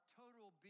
total